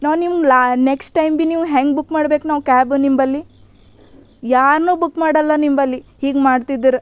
ನಾವು ನಿಮ್ಗೆ ಲಾ ನೆಕ್ಶ್ಟ್ ಟೈಮ್ ಬಿ ನೀವು ಹೆಂಗೆ ಬುಕ್ ಮಾಡ್ಬೇಕು ನಾವು ಕ್ಯಾಬು ನಿಂಬಲ್ಲಿ ಯಾರುನೂ ಬುಕ್ ಮಾಡಲ್ಲ ನಿಂಬಲ್ಲಿ ಹೀಗೆ ಮಾಡ್ತಿದ್ರೆ